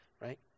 Right